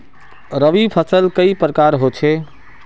रवि फसल कई प्रकार होचे?